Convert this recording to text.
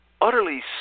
utterly